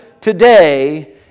today